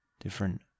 Different